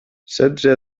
setze